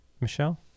Michelle